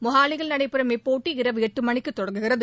மொகாலியில் நடைபெறும் இப்போட்டி இரவு எட்டு மணிக்கு தொடங்குகிறது